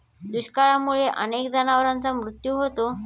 दुष्काळामुळे अनेक जनावरांचा मृत्यू होतो